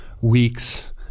weeks